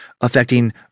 affecting